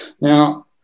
Now